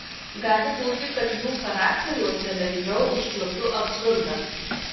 gali būti kad jų charakteriuose lengviau užčiuopiu absurdą